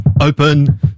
Open